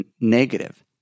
negative